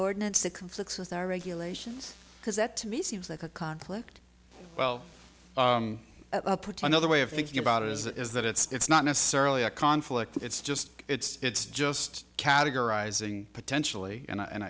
ordinance that conflicts with our regulations because that to me seems like a conflict well put another way of thinking about it is that it's not necessarily a conflict it's just it's just categorizing potentially and i a